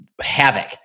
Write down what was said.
havoc